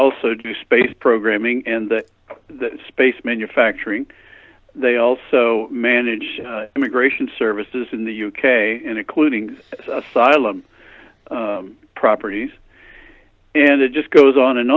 also do space programming and that the space manufacturing they also manage immigration services in the u k and including asylum properties and it just goes on and